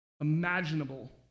imaginable